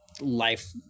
life